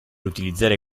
utilizzare